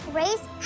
race